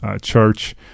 church